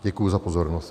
Děkuji za pozornost.